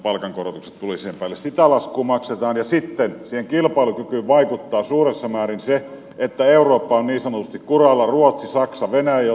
sitä laskua maksetaan ja sitten siihen kilpailukykyyn vaikuttaa suuressa määrin se että eurooppa on niin sanotusti kuralla